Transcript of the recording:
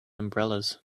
umbrellas